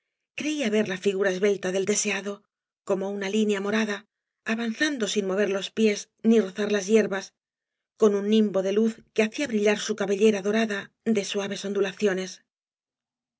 creía ver la figura cbbelta del deseado como una línea morada avanzando sin mover los pies ni rozar las hierbasi eon un nimbo de luz que hacía brillar su cabellera dorada de suaves ondulaciones